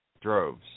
Droves